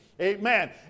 Amen